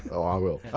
oh,